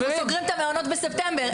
אנחנו סוגרים את המעונות בספטמבר,